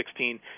2016